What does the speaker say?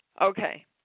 Okay